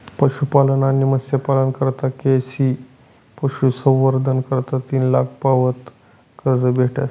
पशुपालन आणि मत्स्यपालना करता के.सी.सी पशुसंवर्धन करता तीन लाख पावत कर्ज भेटस